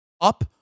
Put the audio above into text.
up